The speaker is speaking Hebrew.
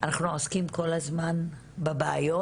עוסקים כל הזמן בבעיות,